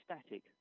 static